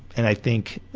and i think